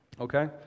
okay